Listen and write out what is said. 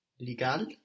Legal